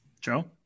Joe